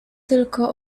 tylko